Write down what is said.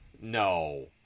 No